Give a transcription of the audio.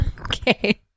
Okay